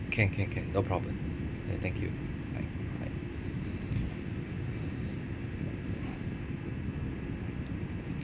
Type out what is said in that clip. can can can no problem okay thank you bye bye